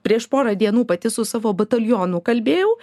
prieš porą dienų pati su savo batalionu kalbėjau